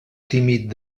tímid